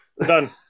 Done